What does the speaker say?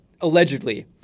allegedly